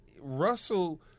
Russell